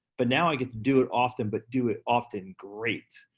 but now i get to do it often, but do it often great,